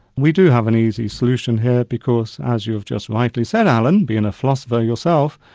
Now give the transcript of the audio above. we do have an easy solution here because as you've just rightly said, alan, being a philosopher yourself,